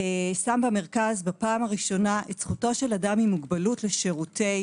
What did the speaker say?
שם במרכז בראשונה את זכותו של אדם עם מוגבלות לשירותי